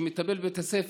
שמטפל בבית הספר.